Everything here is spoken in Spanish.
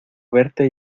verte